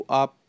up